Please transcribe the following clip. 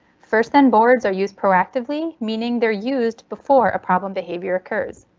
first then boards are used proactively meaning they're used before a problem behavior occurs.